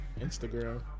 instagram